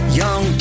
young